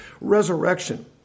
resurrection